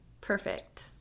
perfect